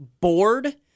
bored